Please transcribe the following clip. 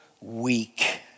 weak